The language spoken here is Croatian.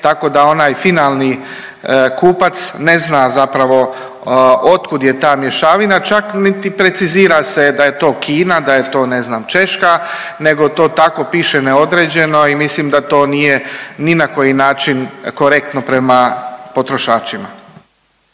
tako da onaj finalni kupac ne zna zapravo od kud je ta mješavina čak niti precizira se da je to Kina, da je to ne znam Češka nego to tako piše neodređeno i mislim da to nije ni na koji način korektno prema potrošačima.